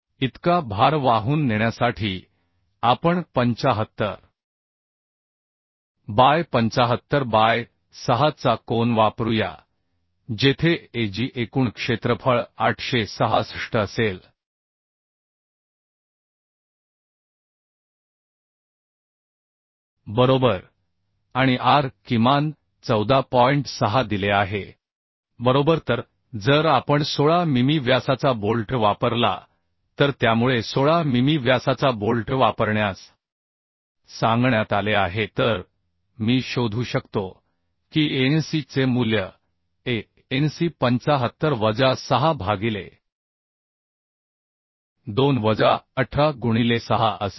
इतका भार वाहून नेण्यासाठी आपण 75 बाय 75 बाय 6 चा कोन वापरूया जेथे Ag एकूण क्षेत्रफळ 866 असेलबरोबर आणि आर किमान 14 दिले आहे 6 बरोबर तर जर आपण 16 मिमी व्यासाचा बोल्ट वापरला तर त्यामुळे 16 मिमी व्यासाचा बोल्ट वापरण्यास सांगण्यात आले आहे तर मी शोधू शकतो की Anc चे मूल्य Anc75 वजा 6 भागिले 2 वजा 18 गुणिले 6 असेल